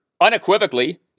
unequivocally